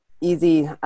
easy